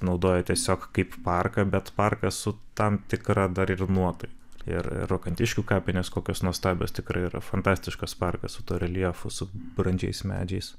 naudoja tiesiog kaip parką bet parką su tam tikra dar ir nuotaika ir ir rokantiškių kapinės kokios nuostabios tikrai yra fantastiškas parkas su tuo reljefu su brandžiais medžiais